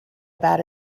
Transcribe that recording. about